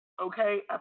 Okay